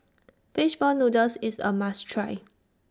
Fish Ball Noodles IS A must Try